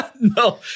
No